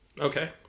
Okay